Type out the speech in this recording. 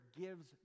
gives